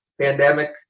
pandemic